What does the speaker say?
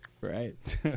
Right